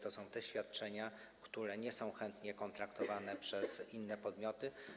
To są te świadczenia, które nie są chętnie kontraktowane przez inne podmioty.